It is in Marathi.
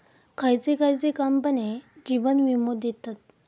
खयचे खयचे कंपने जीवन वीमो देतत